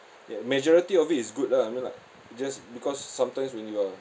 ya majority of it is good lah I mean like just because sometimes when you are